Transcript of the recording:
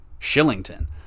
Shillington